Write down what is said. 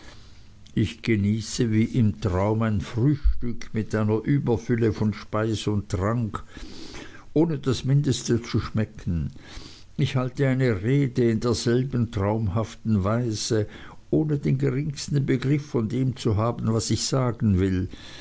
ich genieße wie im traum ein frühstück mit einer überfülle von speise und trank ohne das mindeste zu schmecken ich halte eine rede in derselben traumhaften weise ohne den geringsten begriff von dem zu haben was ich sagen will